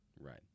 Right